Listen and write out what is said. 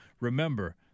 remember